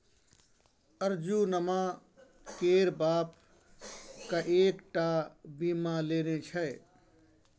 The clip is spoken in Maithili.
अर्जुनमा केर बाप कएक टा बीमा लेने छै